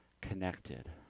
connected